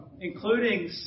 including